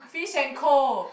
Fish and Co